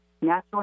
natural